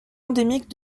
endémique